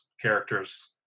characters